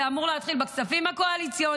זה אמור להתחיל בכספים הקואליציוניים,